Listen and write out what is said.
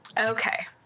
Okay